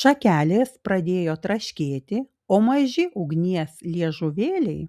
šakelės pradėjo traškėti o maži ugnies liežuvėliai